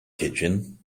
kitchen